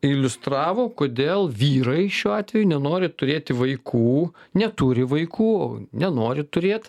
iliustravo kodėl vyrai šiuo atveju nenori turėti vaikų neturi vaikų nenori turėt